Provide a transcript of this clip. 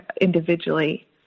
individually